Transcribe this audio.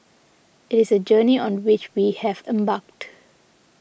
it is a journey on which we have embarked